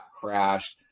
crashed